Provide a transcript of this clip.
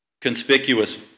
conspicuous